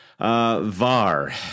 VAR